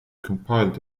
compiled